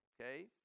okay